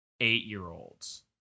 eight-year-olds